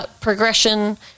progression